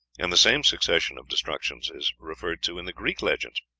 and the same succession of destructions is referred to in the greek legends,